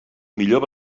millor